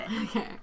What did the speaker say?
Okay